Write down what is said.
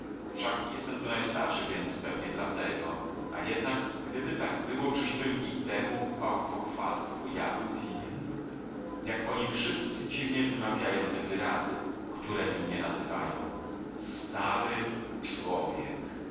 wszak jestem tu najstarszy więc pewnie tylko dlatego a jednak gdyby tak było czyżbym i temu bałwochwalstwu ja był winien jak oni wszyscy dziwnie wymawiają te wyrazy któremi mnie nazywają stary człowiek